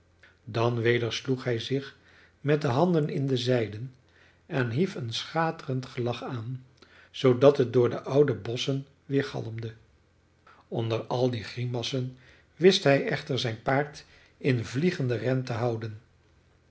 dan weder sloeg hij zich met de handen in de zijden en hief een schaterend gelach aan zoodat het door de oude bosschen weergalmde onder al die grimassen wist hij echter zijn paard in vliegenden ren te houden